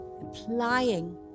applying